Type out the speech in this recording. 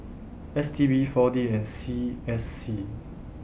S T B four D and C S C